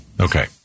Okay